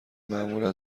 معمولا